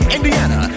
Indiana